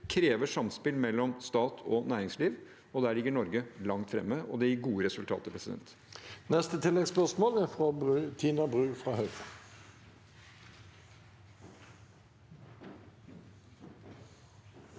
krever samspill mellom stat og næringsliv. Der ligger Norge langt fremme, og det gir gode resultater. Tina